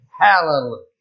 Hallelujah